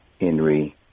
Henry